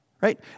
Right